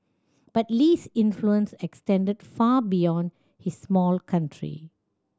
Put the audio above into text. but Lee's influence extended far beyond his small country